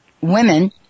women